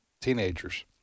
Teenagers